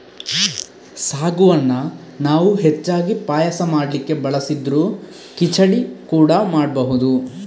ಸಾಗುವನ್ನ ನಾವು ಹೆಚ್ಚಾಗಿ ಪಾಯಸ ಮಾಡ್ಲಿಕ್ಕೆ ಬಳಸಿದ್ರೂ ಖಿಚಡಿ ಕೂಡಾ ಮಾಡ್ಬಹುದು